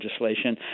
legislation